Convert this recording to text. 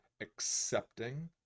accepting